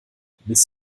willst